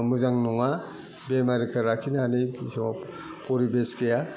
मोजां नङा बेमारिखो लाखिनानै फिसब फरिबेस गैया